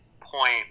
point